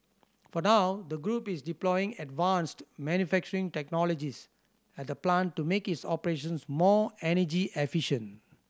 for now the group is deploying advanced manufacturing technologies at the plant to make its operations more energy efficient